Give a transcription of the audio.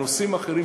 הנושאים האחרים,